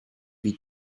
wie